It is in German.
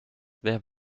wer